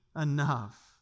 enough